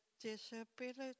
disability